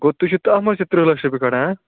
گوٚو تُہۍ چھِو تَتھ مَنٛز تہِ تٕرٕہ لچھ رۄپیہِ کَڑان